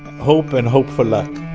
hope and hope for luck